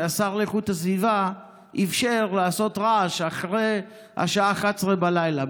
שהשר לאיכות הסביבה אפשר לעשות רעש אחרי 23:00 בלילה,